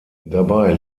dabei